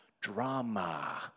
drama